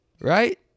Right